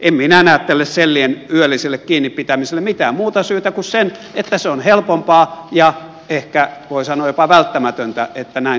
en minä näe tälle sellien yölliselle kiinnipitämiselle mitään muuta syytä kuin sen että se on helpompaa ja ehkä voi jopa sanoa välttämätöntä että näin toimitaan